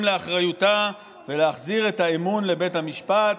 לאחריותה ולהחזיר את האמון לבית המשפט.